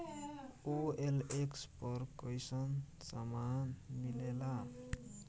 OLX पर कइसन सामान मीलेला?